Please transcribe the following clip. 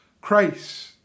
Christ